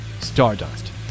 stardust